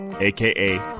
AKA